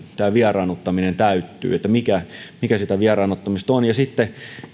tämä vieraannuttaminen täyttyy mikä mikä sitä vieraannuttamista on ja